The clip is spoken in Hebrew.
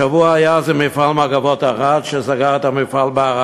השבוע היה זה מפעל "מגבות ערד", שנסגר בערד,